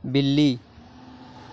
بلی